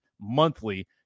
monthly